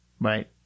Right